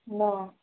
न